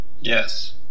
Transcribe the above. Yes